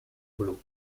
blu